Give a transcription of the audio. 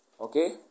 Okay